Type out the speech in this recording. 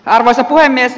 arvoisa puhemies